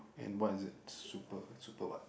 and what is it super super what